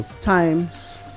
times